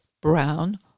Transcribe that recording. brown